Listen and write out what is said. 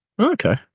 Okay